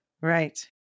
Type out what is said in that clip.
Right